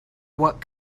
what